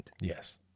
yes